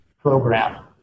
program